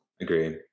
Agreed